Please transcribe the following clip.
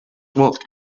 walked